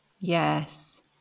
Yes